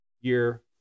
year